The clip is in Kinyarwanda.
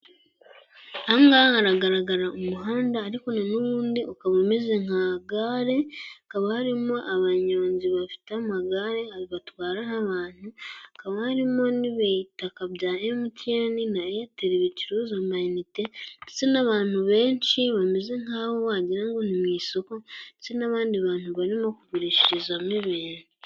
Aha haragaragara umuhanda ariko noneho ubundi ukaba umeze nka gare. Hakaba harimo abanyonzi bafite amagare batwara nk' abantu. Hakaba harimo n'imitaka ya MTN na Eyateli bicuruza ndetse n'abantu benshi bameze nk'aho wagira ngo ni mu isoko ndetse n'abandi bantu barimo kugurishirizamo ibintu.